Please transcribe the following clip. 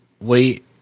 wait